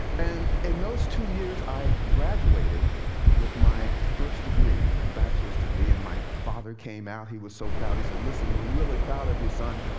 and in those two years, i graduated with my first degree a bachelor's degree. and my father came out, he was so proud. he said, listen, we're really proud of you son,